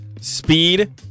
Speed